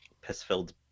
piss-filled